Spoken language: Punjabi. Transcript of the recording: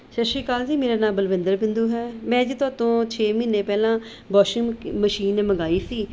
ਸਤਿ ਸ਼੍ਰੀ ਅਕਾਲ ਜੀ ਮੇਰਾ ਨਾਮ ਬਲਵਿੰਦਰ ਬਿੰਦੂ ਹੈ ਮੈਂ ਜੀ ਤੁਹਾਤੋਂ ਛੇ ਮਹੀਨੇ ਪਹਿਲਾਂ ਵੋਸ਼ਿੰਗ ਮਸ਼ੀਨ ਮੰਗਾਈ ਸੀ